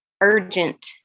urgent